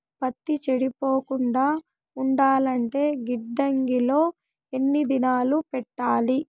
పత్తి చెడిపోకుండా ఉండాలంటే గిడ్డంగి లో ఎన్ని దినాలు పెట్టాలి?